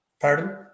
pardon